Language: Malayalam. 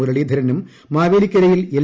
മുരളീധരനും മാവേലിക്കരയിൽ എൽ